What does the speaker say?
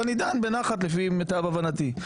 ואני דן בנחת, לפי מיטב הבנתי.